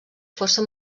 força